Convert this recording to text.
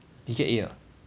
did he get A or not